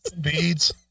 Beads